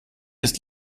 ist